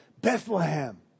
Bethlehem